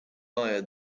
via